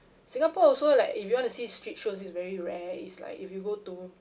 singapore also like if you want to see street shows is very rare it's like if you go to